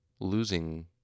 losing